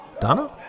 Donna